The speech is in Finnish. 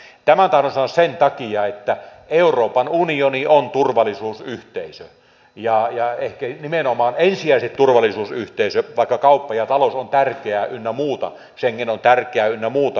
tämän tahdon sanoa sen takia että euroopan unioni on turvallisuusyhteisö ja ehkä nimenomaan ensisijaisesti turvallisuusyhteisö vaikka kauppa ja talous on tärkeää schengen on tärkeä ynnä muuta